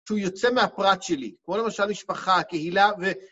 שהוא יוצא מהפרט שלי, כמו למשל, המשפחה, הקהילה, ו...